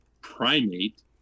primate